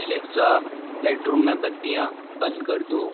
Alexa bedroom में बत्तियाँ बंद कर दो